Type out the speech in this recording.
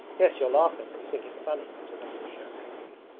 yes, you're laughing! you think it funny muttered vanyusha angrily.